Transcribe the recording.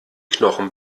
knochen